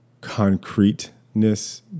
concreteness